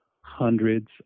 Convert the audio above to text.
hundreds